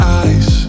eyes